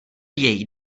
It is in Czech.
její